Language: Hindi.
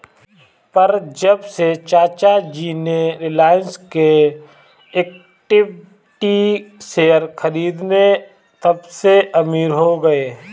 पर जब से चाचा जी ने रिलायंस के इक्विटी शेयर खरीदें तबसे अमीर हो गए